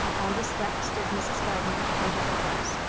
on the doorstep stood mrs. gardner and her daughters.